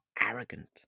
arrogant